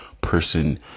person